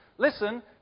Listen